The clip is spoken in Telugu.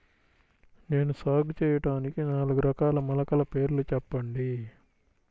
నేను సాగు చేయటానికి నాలుగు రకాల మొలకల పేర్లు చెప్పండి?